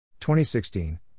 2016